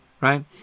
Right